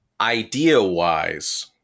idea-wise